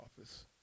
office